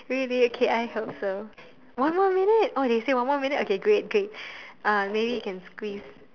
really okay I hope so one more minute oh they say one more minute okay great great uh maybe can squeeze